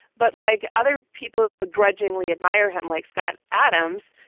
but like other people begrudgingly admire him, like scott adams,